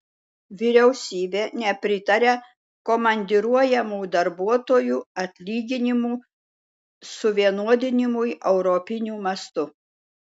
vyriausybė nepritaria komandiruojamų darbuotojų atlyginimų suvienodinimui europiniu mastu